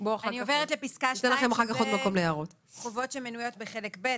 אני עוברת לפסקה (2), חובות שמנויות בחלק ב'.